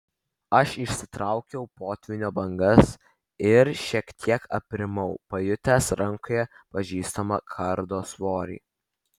aš išsitraukiau potvynio bangas ir šiek tiek aprimau pajutęs rankoje pažįstamą kardo svorį